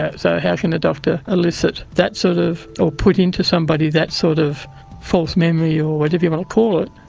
so how can a doctor elicit that, sort of or put into somebody, that sort of false memory or whatever you want to call it,